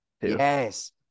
Yes